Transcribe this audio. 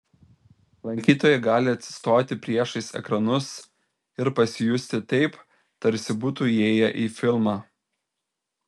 lankytojai gali atsistoti priešais ekranus ir pasijusti taip tarsi būtų įėję į filmą